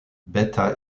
beta